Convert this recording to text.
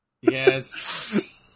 Yes